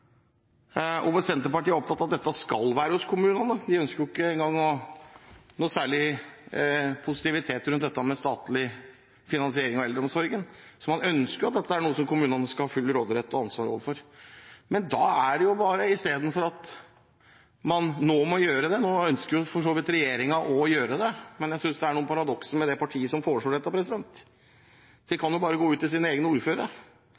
og Senterpartiet er opptatt av at dette skal være hos kommunene. De ønsker ikke engang noe særlig positivitet rundt statlig finansiering av eldreomsorgen, så man ønsker jo at dette er noe som kommunene skal ha full råderett over og ansvar for. Istedenfor at man nå må gjøre det – nå ønsker for så vidt regjeringen å gjøre det, men jeg synes det er noen paradokser med det partiet som foreslår dette